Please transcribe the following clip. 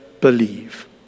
believe